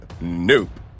Nope